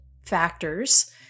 factors